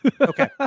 Okay